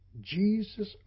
Jesus